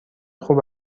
خوب